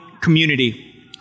community